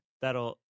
that'll